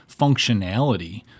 functionality